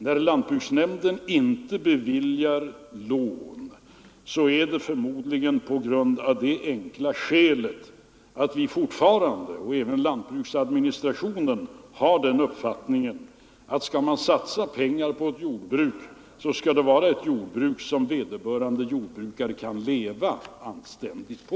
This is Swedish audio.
När lantbruksnämnden inte beviljar lån är det förmodligen av det enkla skälet att man — även lantbruksadministrationen — har den uppfattningen att skall man satsa pengar på ett jordbruk skall det vara ett jordbruk som vederbörande jordbrukare kan leva anständigt på